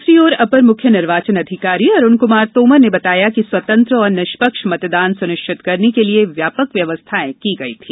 दूसरी ओर अपर मुख निर्वाचन अधिकारी अरुण कुमार तोमर ने बताया कि स्वतंत्र और निष्पक्ष मतदान सुनिश्चित करने के लिए व्यापक व्यवस्था की गई थी